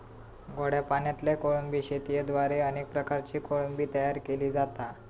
गोड्या पाणयातल्या कोळंबी शेतयेद्वारे अनेक प्रकारची कोळंबी तयार केली जाता